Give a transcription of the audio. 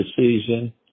decision